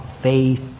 faith